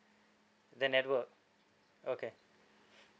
the network okay